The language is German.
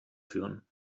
führen